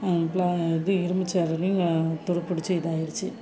ப்ள இது இரும்பு சேர்லையும் துருப்புடிச்சு இதாயிருச்சு